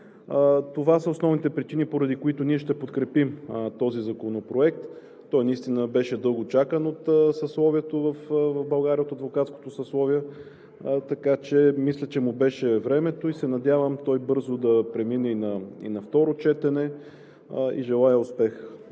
Това са основните причини, поради които ние ще подкрепим този законопроект. Той наистина беше дълго чакан от адвокатското съсловие в България. Мисля, че му беше времето, и се надявам бързо да премине и на второ четене. Желая успех